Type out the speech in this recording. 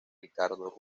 ricardo